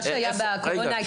מה שהיה בקורונה,